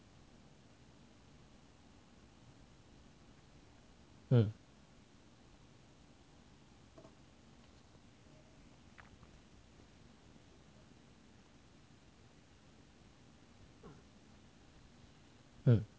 嗯嗯